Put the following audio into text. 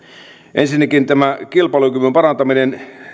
ensinnäkin tämä kilpailukyvyn parantaminen